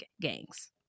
gangs